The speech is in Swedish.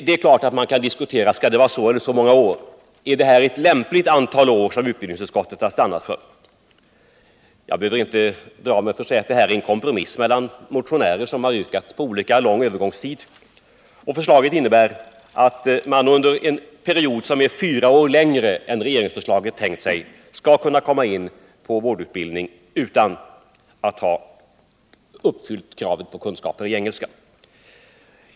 Man kan naturligtvis diskutera om övergångstiden skall vara så eller så många år, om det är ett lämpligt antal år som utbildningsutskottet har stannat för. Jag behöver inte dra mig för att säga att förslaget är en kompromiss mellan yrkanden om olika lång övergångstid som har framförts i motioner. Utskottets förslag innebär att man under en period som är fyra år längre än vad regeringen föreslår skall kunna komma in på vårdutbildning utan att uppfylla kravet på kunskaper i engelska.